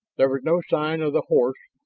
there was no sign of the horse,